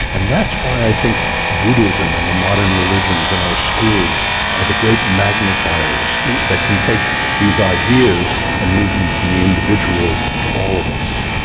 and that's why i think buddhism and the modern religions and our schools are the great magnifiers that can take these ideas and move them from the individual to all of us.